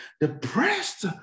Depressed